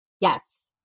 Yes